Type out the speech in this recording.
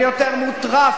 מי יותר מוטרף,